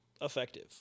effective